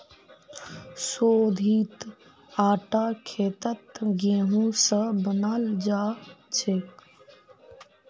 शोधित आटा खेतत गेहूं स बनाल जाछेक